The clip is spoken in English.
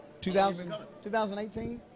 2018